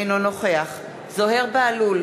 אינו נוכח זוהיר בהלול,